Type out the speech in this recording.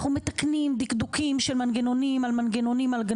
אנחנו מתקנים דקדוקים של מנגנונים על מנגנונים על.